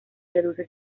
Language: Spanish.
reduce